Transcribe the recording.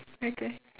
okay